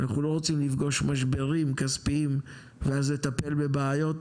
אנחנו לא רוצים לפגוש משברים כספיים ואז לטפל בבעיות.